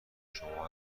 شما